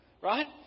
Right